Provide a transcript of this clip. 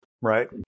right